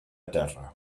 terra